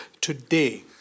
today